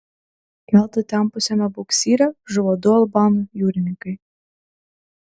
keltą tempusiame buksyre žuvo du albanų jūrininkai